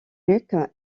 luke